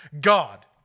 God